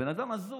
הבן אדם הזוי.